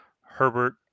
Herbert